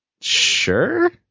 Sure